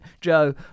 Joe